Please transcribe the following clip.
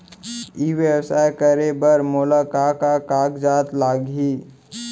ई व्यवसाय करे बर मोला का का कागजात लागही?